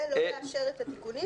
ולא לאפשר את התיקונים